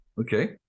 Okay